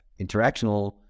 interactional